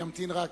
ימתין רגע.